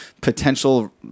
potential